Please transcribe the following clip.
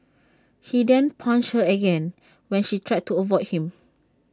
he then punched her again when she tried to avoid him